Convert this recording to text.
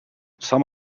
some